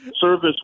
service